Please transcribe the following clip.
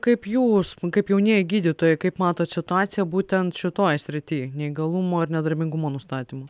kaip jūs kaip jaunieji gydytojai kaip matot situaciją būtent šitoj srity neįgalumo ir nedarbingumo nustatymo